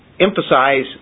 emphasize